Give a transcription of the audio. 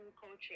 coaching